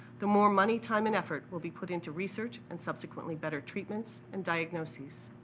the more money, time, and effort will be put into research, and subsequently, better treatments and diagnoses.